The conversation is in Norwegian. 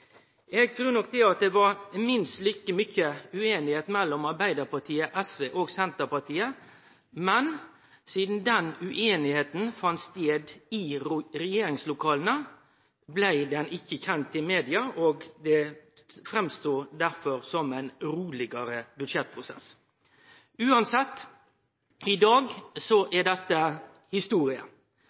Eg trur nok at det var minst like mykje ueinigheit mellom Arbeidarpartiet, SV og Senterpartiet, men sidan den ueinigheita fann stad i regjeringslokala, blei den ikkje kjend i media, og det såg derfor ut som ein rolegare budsjettprosess Uansett: I dag er dette